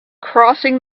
crossing